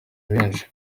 benshi